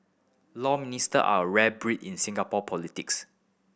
law Minister are a rare breed in Singapore politics